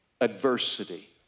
adversity